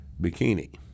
bikini